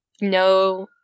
No